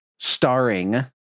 Starring